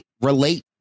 relate